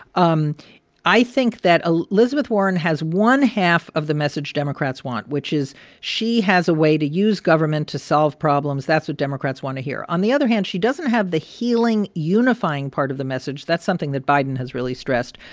um i think that elizabeth warren has one half of the message democrats want, which is she has a way to use government to solve problems. that's what democrats want to hear on the other hand, she doesn't have the healing, unifying part of the message. that's something that biden has really stressed.